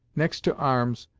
next to arms,